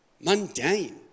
Mundane